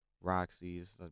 Roxy's